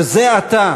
שזה עתה